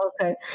Okay